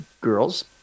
girls